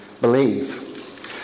believe